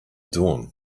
dawn